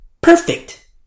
perfect